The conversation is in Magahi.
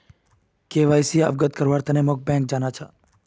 के.वाई.सी अवगत करव्वार तने मोक बैंक जाना छ